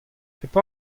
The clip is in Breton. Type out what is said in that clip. pep